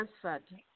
transferred